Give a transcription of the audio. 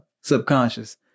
subconscious